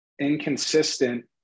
inconsistent